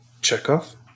Chekhov